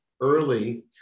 early